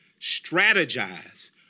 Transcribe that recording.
strategize